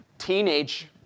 Teenage